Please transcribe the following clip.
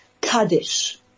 Kaddish